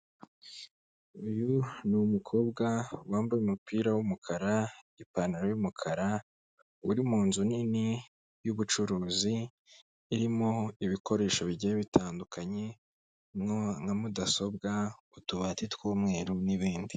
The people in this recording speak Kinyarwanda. Uyu ni umukobwa wambaye umupira w'umukara, ipantaro y'umukara uri munzu nini y'ubucuruzi irimo ibikoresho bigiye bitandukanye nka mudasobwa, utubati tw'umweru n'ibindi.